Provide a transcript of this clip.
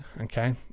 Okay